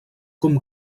com